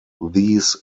these